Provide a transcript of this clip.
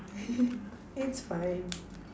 it's fine